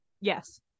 Yes